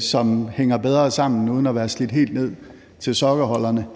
som hænger bedre sammen, uden at være slidt helt ned til sokkeholderne.